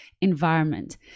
environment